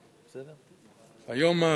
היום,